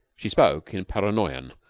she spoke in paranoyan,